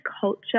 culture